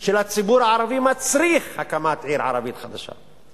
של הציבור הערבי מצריכה הקמת עיר ערבית חדשה,